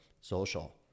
social